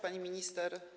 Pani Minister!